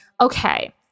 okay